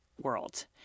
world